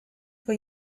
for